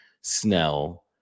Snell